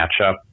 matchup